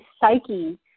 psyche